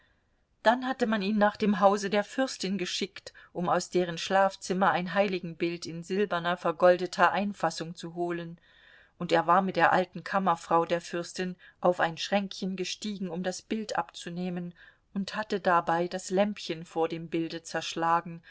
dann hatte man ihn nach dem hause der fürstin geschickt um aus deren schlafzimmer ein heiligenbild in silberner vergoldeter einfassung zu holen und er war mit der alten kammerfrau der fürstin auf ein schränkchen gestiegen um das bild abzunehmen und hatte dabei das lämpchen vor dem bilde zerschlagen